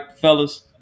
fellas